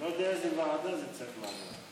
אני לא יודע לאיזו ועדה זה צריך לעבור.